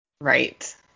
Right